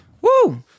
Woo